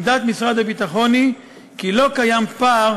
עמדת משרד הביטחון היא כי לא קיים פער